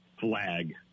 flag